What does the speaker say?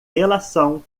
relação